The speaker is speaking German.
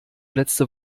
letzte